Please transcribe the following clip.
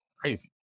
crazy